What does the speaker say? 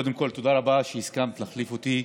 קודם כול תודה רבה שהסכמת להחליף אותי.